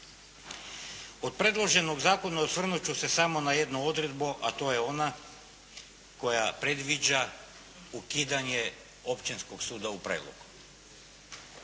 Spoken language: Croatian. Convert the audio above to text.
Od predloženog zakona osvrnuti ću se samo na jednu odredbu a to je ona koja predviđa ukidanje Općinskog suda u Prelogu.